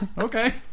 Okay